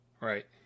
Right